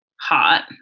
hot